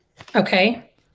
Okay